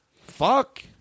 Fuck